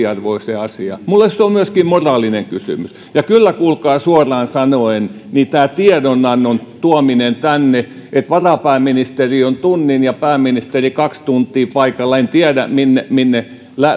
eriarvoiseen asemaan minulle se on myöskin moraalinen kysymys ja kyllä kuulkaa suoraan sanoen tämän tiedonannon tuominen tänne että varapääministeri on tunnin ja pääministeri kaksi tuntia paikalla en tiedä minne minne